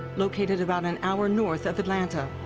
located about an hour north of atlanta.